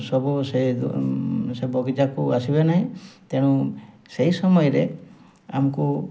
ସବୁ ସେ ସେ ବଗିଚାକୁ ଆସିବେ ନାଇଁ ତେଣୁ ସେଇ ସମୟରେ ଆମକୁ